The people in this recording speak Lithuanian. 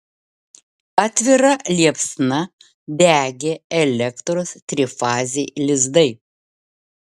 atvira liepsna degė elektros trifaziai lizdai